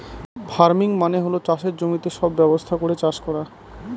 farming মানে হল চাষের জমিতে সব ব্যবস্থা করে চাষ করা